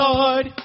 Lord